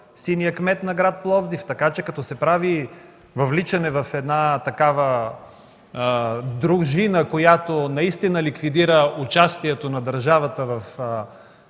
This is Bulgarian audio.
синия кмет на град Пловдив. Така че като се прави въвличане в една дружина, която наистина ликвидира участието на държавата в